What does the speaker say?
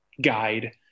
guide